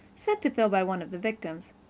sent to phil by one of the victims,